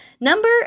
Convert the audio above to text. Number